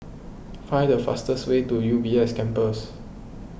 find the fastest way to U B S Campus